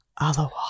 Otherwise